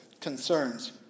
concerns